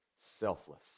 selfless